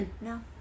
No